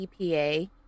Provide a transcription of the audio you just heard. EPA